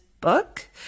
book